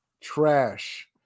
Trash